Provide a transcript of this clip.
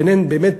באמת,